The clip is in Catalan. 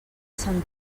sant